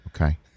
okay